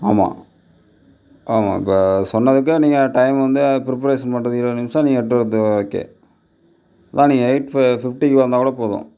ஆமாம் ஆமாம் இப்போ சொன்னதுக்கு நீங்கள் டைம் வந்து ப்ரிப்பரேசன் பண்ணுறதுக்கு இருபது நிமிஷம் நீங்கள் எட்டு வர்றது ஓகே ஆனால் நீங்கள் எயிட்டு ஃபிப்ட்டிக்கு வந்தால்கூட போதும்